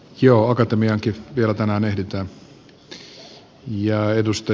joo akatemiaankin vielä tänään ehditään